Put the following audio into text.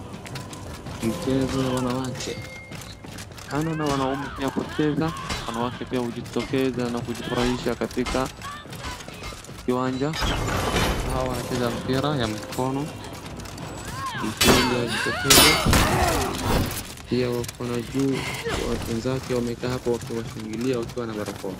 Mchezo ya wanawake, kando na wanaume pia kucheza wanawake pia hujitokeza na kujifurahisha katika kiwanja. Watu hawa wancheza mpira ya mikono yajiktokeza. Pia wako na juu wenzake wamekaa hapo wakiwashangilia wakiwa na barakoa.